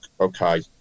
okay